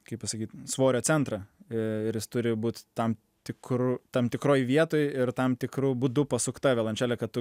kaip pasakyt svorio centrą ir jis turi būt tam tikru tam tikroj vietoj ir tam tikru būdu pasukta violončelė kad tu